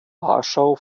warschau